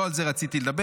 לא על זה רציתי לדבר.